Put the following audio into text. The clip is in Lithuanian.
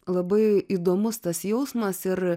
labai įdomus tas jausmas ir